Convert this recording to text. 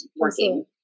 working